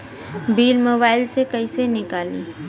Bill mobile से कईसे निकाली?